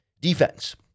defense